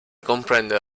comprende